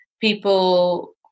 people